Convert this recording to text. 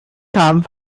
come